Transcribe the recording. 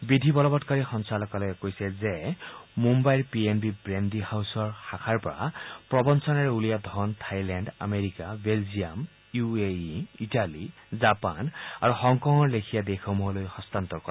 বিধি বলৱৎকাৰী সঞ্চালকালয়ে কৈছে যে মূমাইৰ P N B Brady House শাখাৰ পৰা প্ৰবঞ্ণনাৰে উলিয়াই লোৱা ধন Thailand America Belgium U A E Italy Japan আৰু হংকঙৰ লেখিয়া দেশসমূহলৈ হস্তান্তৰ কৰে